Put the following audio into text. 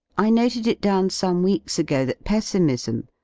i noted it down some weeks ago that pessimism,